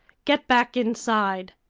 get back inside!